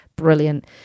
brilliant